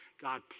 God